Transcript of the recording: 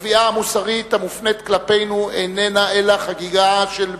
התביעה המוסרית המופנית כלפינו איננה אלא חגיגה של בורות,